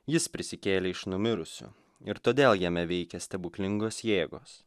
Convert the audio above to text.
jis prisikėlė iš numirusių ir todėl jame veikia stebuklingos jėgos